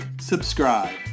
subscribe